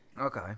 okay